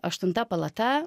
aštunta palata